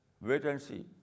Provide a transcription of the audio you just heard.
wait-and-see